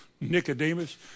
Nicodemus